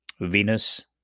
Venus